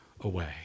away